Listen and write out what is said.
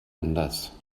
anders